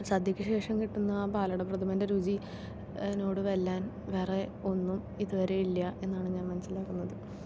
സദ്യക്ക് ശേഷം കിട്ടുന്ന പാലടപ്രഥമന്റെ രുചി അതിനോട് വെല്ലാൻ വേറെ ഒന്നും ഇതുവരെ ഇല്ല എന്നാണ് ഞാൻ മനസ്സിലാക്കുന്നത്